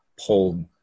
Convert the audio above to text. pulled